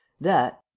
That—